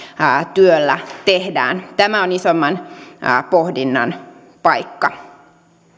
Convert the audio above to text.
työllä tehdään tämä on isomman pohdinnan paikka